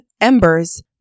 Embers